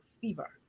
fever